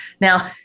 Now